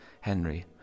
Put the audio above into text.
Henry